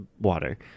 water